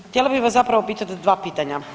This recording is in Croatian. Pa htjela bih vas zapravo pitati dva pitanja.